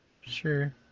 Sure